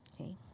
Okay